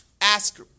ask